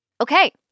Okay